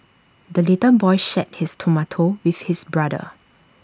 the little boy shared his tomato with his brother